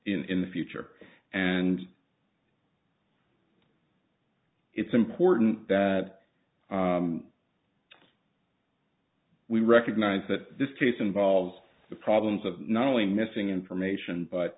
in the future and it's important that we recognize that this case involves the problems of not only missing information but